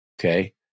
okay